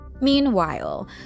Meanwhile